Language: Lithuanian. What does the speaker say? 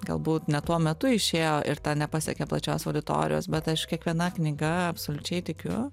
galbūt ne tuo metu išėjo ir tą nepasiekė plačios auditorijos bet aš kiekviena knyga absoliučiai tikiu